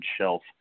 shelf